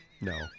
No